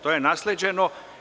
To je nasleđeno.